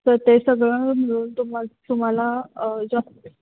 तर ते सगळं मिळून तुमा तुम्हाला